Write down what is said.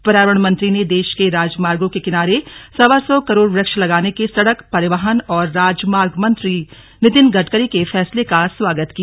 पर्यावरण मंत्री ने देश के राजमार्गों के किनारे सवा सौ करोड़ वृक्ष लगाने के सड़क परिवहन और राजमार्ग मंत्री नितिन गडकरी के फैसले का स्वागत किया